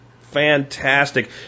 Fantastic